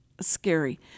scary